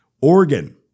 Oregon